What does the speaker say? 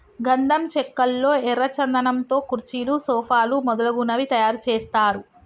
గంధం చెక్కల్లో ఎర్ర చందనం తో కుర్చీలు సోఫాలు మొదలగునవి తయారు చేస్తారు